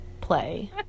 play